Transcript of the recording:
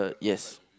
uh yes